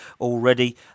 already